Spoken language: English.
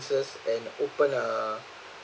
and open a